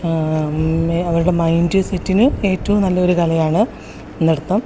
അവരുടെ മൈൻഡ് സെറ്റിന് ഏറ്റവും നല്ല ഒരു കലയാണ് നൃത്തം